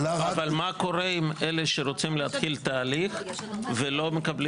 אבל מה קורה עם אלה שרוצים להתחיל תהליך ולא מקבלים?